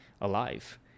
alive